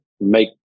make